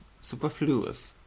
superfluous